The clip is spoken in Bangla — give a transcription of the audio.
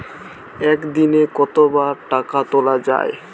একদিনে কতবার টাকা তোলা য়ায়?